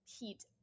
heat